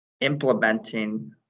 Implementing